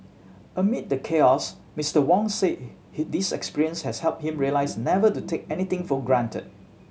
amid the chaos Mister Wong said this experience has helped him realise never to take anything for granted